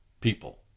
people